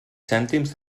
cèntims